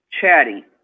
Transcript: chatty